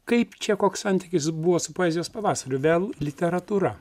kaip čia koks santykis buvo su poezijos pavasariu vėl literatūra